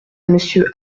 monsieur